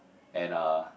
and uh